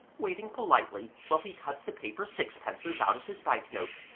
waiting politely while he cut the paper sixpences out of his bank-note,